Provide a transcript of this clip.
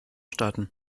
starten